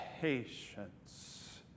patience